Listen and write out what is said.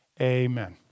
Amen